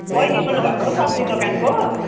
बहिनी बोल्नु भएको हो सब्जी दोकानको